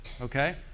Okay